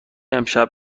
امشب